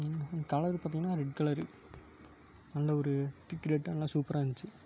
என்னென்னாக்க colour பார்த்திங்கன்னா red colour நல்ல ஒரு திக் ரெட்டாக நல்லா சூப்பராக இருந்துச்சு